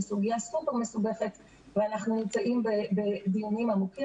זה סוגיה סופר מסובכת ואנחנו נמצאים בדיונים עמוקים,